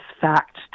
fact